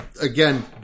again